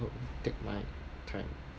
take my time